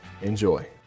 Enjoy